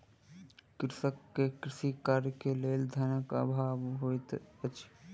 कृषक के कृषि कार्य के लेल धनक अभाव होइत अछि